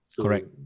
Correct